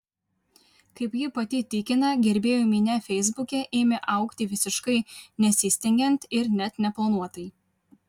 kaip ji pati tikina gerbėjų minia feisbuke ėmė augti visiškai nesistengiant ir net neplanuotai